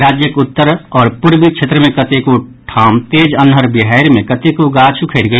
राज्यक उत्तर आओर पूर्वी क्षेत्र मे कतेको ठाम तेज अन्हर विहारि मे कतेको गाछ उखड़ि गेल